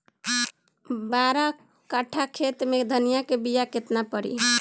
बारह कट्ठाखेत में धनिया के बीया केतना परी?